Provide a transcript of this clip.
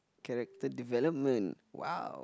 character development !wow!